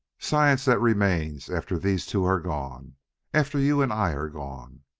science that remains after these two are gone after you and i are gone!